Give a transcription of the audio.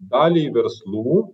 dalį verslų